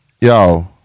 Yo